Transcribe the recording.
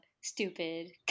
stupid